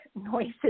noises